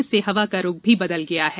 इससे हवा का रूख भी बदल गया है